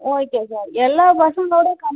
okay sir எல்லா பசங்களோடு